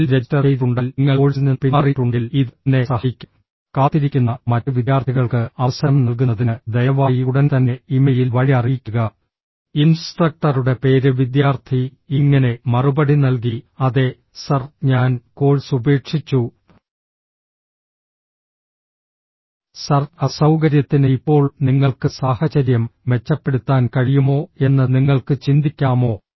ഒടുവിൽ രജിസ്റ്റർ ചെയ്തിട്ടുണ്ടെങ്കിൽ നിങ്ങൾ കോഴ്സിൽ നിന്ന് പിന്മാറിയിട്ടുണ്ടെങ്കിൽ ഇത് എന്നെ സഹായിക്കും കാത്തിരിക്കുന്ന മറ്റ് വിദ്യാർത്ഥികൾക്ക് അവസരം നൽകുന്നതിന് ദയവായി ഉടൻ തന്നെ ഇമെയിൽ വഴി അറിയിക്കുക ഇൻസ്ട്രക്ടറുടെ പേര് വിദ്യാർത്ഥി ഇങ്ങനെ മറുപടി നൽകി അതെ സർ ഞാൻ കോഴ്സ് ഉപേക്ഷിച്ചു സർ അസൌകര്യത്തിന് ഇപ്പോൾ നിങ്ങൾക്ക് സാഹചര്യം മെച്ചപ്പെടുത്താൻ കഴിയുമോ എന്ന് നിങ്ങൾക്ക് ചിന്തിക്കാമോ